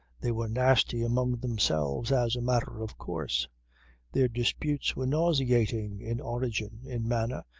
they were nasty amongst themselves as a matter of course their disputes were nauseating in origin, in manner,